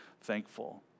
thankful